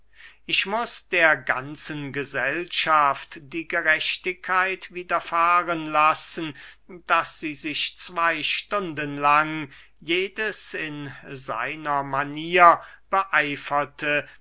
ich muß der ganzen gesellschaft die gerechtigkeit widerfahren lassen daß sie sich zwey stunden lang jedes in seiner manier